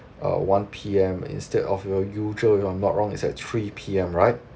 uh one P_M instead of your usual if I'm not wrong is at three P_M right